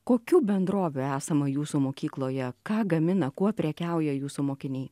kokių bendrovių esama jūsų mokykloje ką gamina kuo prekiauja jūsų mokiniai